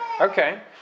okay